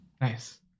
Nice